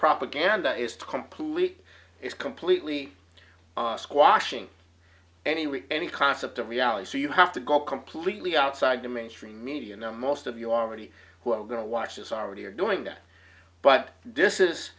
propaganda is to complete it's completely squashing anyone any concept of reality so you have to go completely outside the mainstream media you know most of you already who are going to watch this already are doing that but this is